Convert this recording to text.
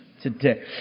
today